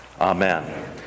Amen